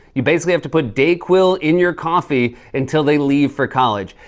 you basically have to put dayquil in your coffee until they leave for college.